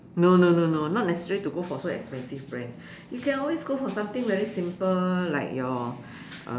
no no no no not necessary to go for so expensive brand you can always go for something very simple like your